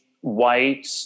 white